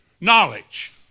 knowledge